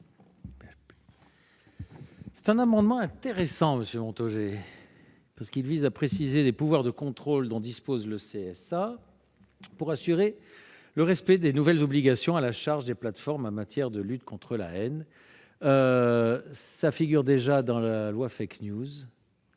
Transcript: Cet amendement est intéressant, monsieur Montaugé, car il vise à préciser les pouvoirs de contrôle dont dispose le CSA pour assurer le respect des nouvelles obligations à la charge des plateformes en matière de lutte contre la haine. Ces pouvoirs figurent déjà dans la loi relative